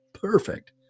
Perfect